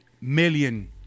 million